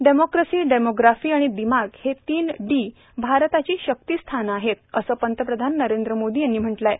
democracy demography आणि दिमाग हे तीन डी भारताची शक्तीस्थानं आहेत असं पंतप्रधान नरेंद्र मोदी यांनी म्हटलं आहे